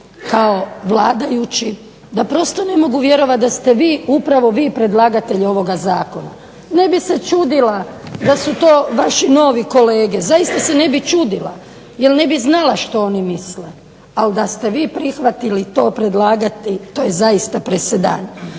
kao vladajući da prosto ne mogu vjerovati da ste vi, upravo vi, predlagatelj ovoga zakona. Ne bih se čudila da su to vaši novi kolege, zaista se ne bih čudila jer ne bih znala što oni misle, ali da ste vi prihvatili to predlagati to je zaista presedan.